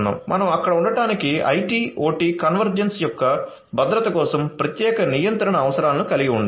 మనం అక్కడ ఉండటానికి IT OT కన్వర్జెన్స్ యొక్క భద్రత కోసం ప్రత్యేక నియంత్రణ అవసరాలను కలిగి ఉండాలి